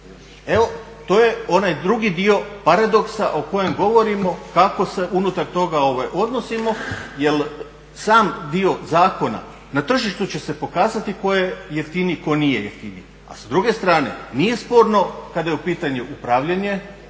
Evo to je onaj drugi dio paradoksa o kojem govorimo kako se unutar toga odnosimo jer sam dio zakona na tržištu će se pokazati tko je jeftiniji a tko nije jeftiniji. A s druge strane nije sporno kada je u pitanju upravljanje